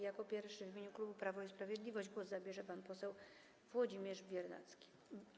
Jako pierwszy w imieniu klubu Prawo i Sprawiedliwość głos zabierze pan poseł Włodzimierz Bernacki.